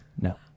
No